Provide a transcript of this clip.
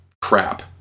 crap